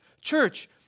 Church